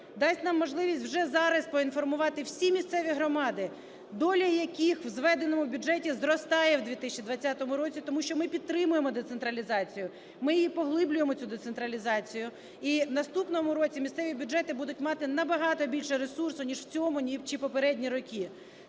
дасть нам можливість вже зараз поінформувати всі місцеві громади, доля яких в зведеному бюджеті зростає в 2020 році, тому що ми підтримуємо децентралізацію, ми її поглиблюємо цю децентралізацію. І в наступному році місцеві бюджети будуть мати набагато більше ресурсу ніж в цьому чи попередні роки.